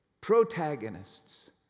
protagonists